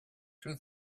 two